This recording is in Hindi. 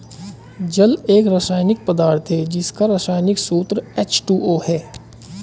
जल एक रसायनिक पदार्थ है जिसका रसायनिक सूत्र एच.टू.ओ है